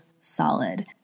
solid